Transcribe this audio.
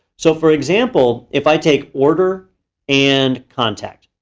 so, for example, if i take order and contact,